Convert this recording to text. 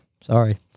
Sorry